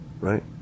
Right